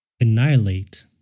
annihilate